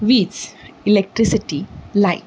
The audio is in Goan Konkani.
वीज इलॅक्ट्रिसिटी लायट